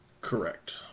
Correct